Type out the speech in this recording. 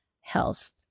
health